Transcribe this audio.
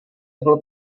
byl